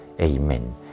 Amen